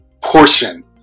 portion